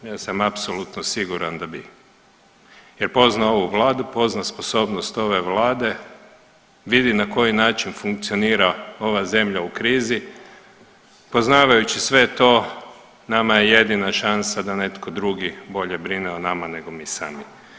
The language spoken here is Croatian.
Ja sam apsolutno siguran da bi jer pozna ovu vladu, pozna sposobnost ove vlade, vidi na koji način funkcionira ova zemlja u krizi, poznavajući sve to nama je jedina šansa da netko drugi bolje brine o nama nego mi sami.